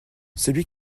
celui